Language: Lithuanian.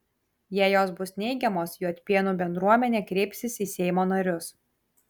jei jos bus neigiamos juodpėnų bendruomenė kreipsis į seimo narius